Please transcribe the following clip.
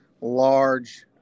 large